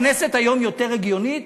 הכנסת היום יותר הגיונית,